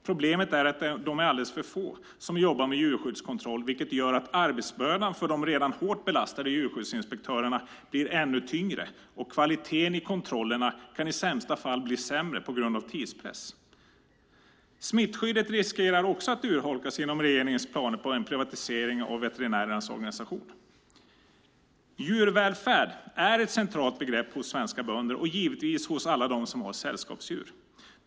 Problemet är att de är alldeles för få som jobbar med djurkontroll, vilket gör att arbetsbördan för de redan hårt belastade djurskyddsinspektörerna blir ännu tyngre. Kvaliteten i kontrollerna kan i sämsta fall bli sämre på grund av tidspress. Smittskyddet riskerar också att urholkas genom regeringens planer på en privatisering av veterinärernas organisation. Djurvälfärd är ett centralt begrepp hos svenska bönder och givetvis hos alla de som har sällskapsdjur.